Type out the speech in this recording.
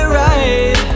right